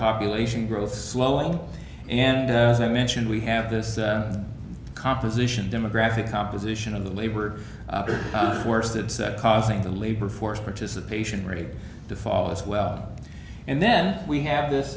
population growth slow and as i mentioned we have this composition demographic composition of the labor force that said causing the labor force participation rate to fall as well and then we have this